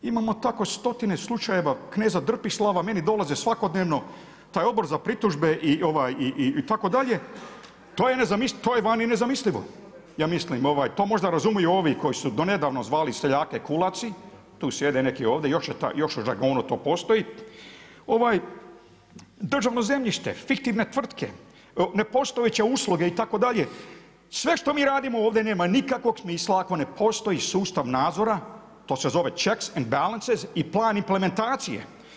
Imamo tako stotine slučajeva kneza drpislava, meni dolaze svakodnevno taj Odbor za pritužbe itd. to je vani nezamislivo, ja mislim to možda razumiju ovi koji su do nedavno zvali seljake kulaci, tu sjede neki ovdje, još je u žargonu to postoji, državno zemljište, fiktivne tvrtke, nepostojeće usluge itd. sve što mi radimo ovdje nema nikakvog smisla ako ne postoji sustav nadzora, to se zove checks and balances i plan implementacije.